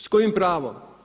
S kojim pravom?